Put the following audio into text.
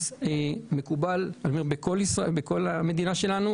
מקובל בכל המדינה שלנו,